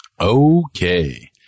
Okay